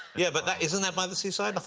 yeah, but isn't that by the seaside?